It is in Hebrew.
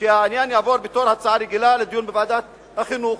שהעניין יעבור בתור הצעה רגילה לדיון בוועדת החינוך,